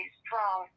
strong